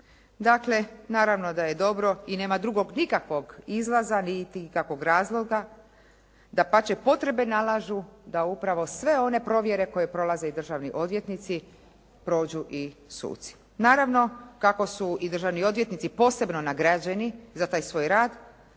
Dakle, naravno da je dobro i nema drugog nikakvog izlaza niti ikakvog razloga. Dapače, potrebe nalažu da upravo sve one provjere koje prolaze i državni odvjetnici prođu i suci. Naravno, kako su i državni odvjetnici posebno nagrađeni za taj svoj rad